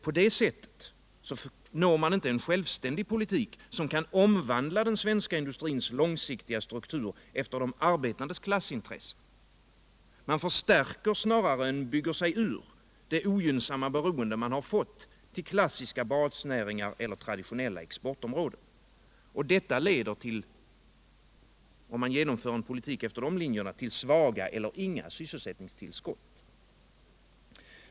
På det sättet bedriver man inte en självständig politik, som kan omvandla den svenska industrins långsiktiga struktur efter de arbetandes klassintressen. Man förstärker, snarare än bygger sig ur, det ogynnsamma beroende man fått av klassiska basnäringar och traditionella exportområden. Om man genomför en politik efter de linjerna leder det till svaga eller inga sysselsättningstillskott.